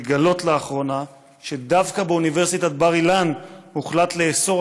לגלות לאחרונה שדווקא באוניברסיטת בר אילן הוחלט לאסור